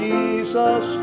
Jesus